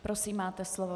Prosím, máte slovo.